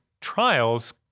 trials